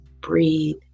breathe